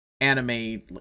anime